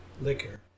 liquor